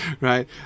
right